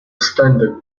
standard